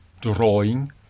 drawing